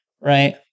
Right